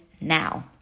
now